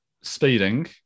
Speeding